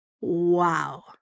Wow